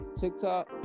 tiktok